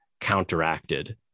counteracted